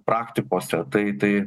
praktikose tai tai